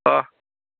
अ